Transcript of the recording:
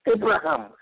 Abraham